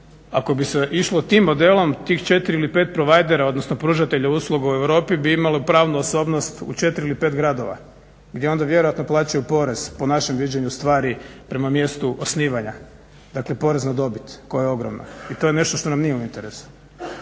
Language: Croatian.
ako bi se išlo tim modelom tih 4 ili 5 providera, odnosno pružatelja usluga u Europi, bi imalo pravnu osobnost u 4 ili 5 gradova gdje onda vjerojatno plaćaju porez po našem viđenju stvari prema mjestu osnivanja. Dakle, porez na dobit koja je ogromna. I to je nešto što nam nije u interesu.